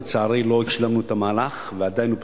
לצערי לא השלמנו את המהלך ועדיין הוא פתוח,